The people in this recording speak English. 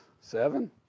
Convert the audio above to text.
seven